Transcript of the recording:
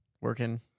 Working